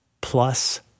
plus